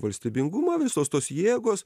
valstybingumą visos tos jėgos